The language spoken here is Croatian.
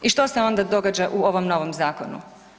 I što se onda događa u ovom novom zakonu?